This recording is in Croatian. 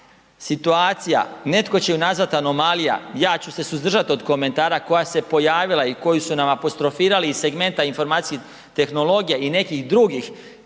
situacija, netko će ju nazvati anomalija, ja ću se suzdržati od komentara koja se pojavila i koju su nam apostrofirali iz segmenta informacija tehnologija i nekih drugih,